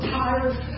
tired